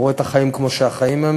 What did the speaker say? הוא רואה את החיים כמו שהחיים הם,